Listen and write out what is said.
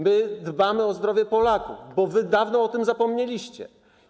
My dbamy o zdrowie Polaków, bo wy dawno o tym zapomnieliście.